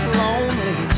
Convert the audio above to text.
lonely